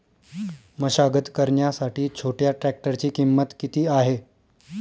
मशागत करण्यासाठी छोट्या ट्रॅक्टरची किंमत किती आहे?